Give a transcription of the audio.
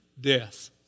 death